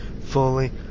fully